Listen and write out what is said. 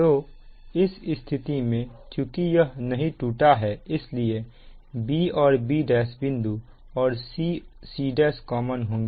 तो इस स्थिति में चुकी यह नहीं टूटा है इसलिए b और b1 बिंदु और c c1 कॉमन होंगे